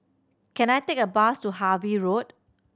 can I take a bus to Harvey Road